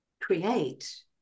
create